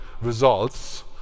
results